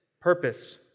purpose